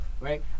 right